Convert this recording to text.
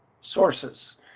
sources